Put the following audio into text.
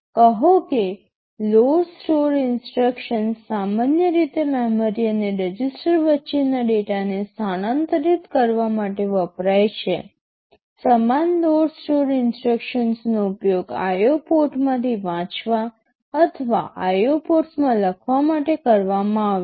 કહો કે load store instructions સામાન્ય રીતે મેમરી અને રજિસ્ટર વચ્ચેના ડેટાને સ્થાનાંતરિત કરવા માટે વપરાય છે સમાન લોડ સ્ટોર ઇન્સટ્રક્શન્સનો ઉપયોગ IO પોર્ટમાંથી વાંચવા અથવા IO પોર્ટમાં લખવા માટે કરવામાં આવશે